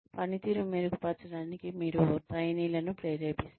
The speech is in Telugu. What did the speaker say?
పనితీరు మెరుగుపరచడానికి మీరు ట్రైనీలను ప్రేరేపిస్తారు